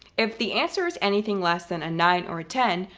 if the answer is anything less than a nine or a ten,